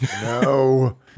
No